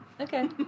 Okay